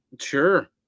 Sure